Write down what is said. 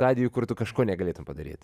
radijuj kur tu kažko negalėtum padaryt